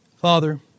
Father